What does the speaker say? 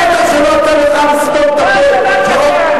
שלא תדברו על שלום פה, אתם שקרנים.